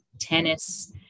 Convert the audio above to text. tennis